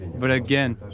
but, again,